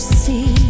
see